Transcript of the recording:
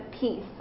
peace